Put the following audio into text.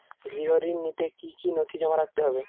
গৃহ ঋণ নিতে কি কি নথি জমা রাখতে হবে?